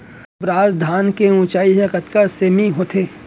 दुबराज धान के ऊँचाई कतका सेमी होथे?